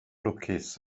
lwcus